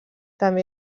també